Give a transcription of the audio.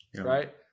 right